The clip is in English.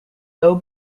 low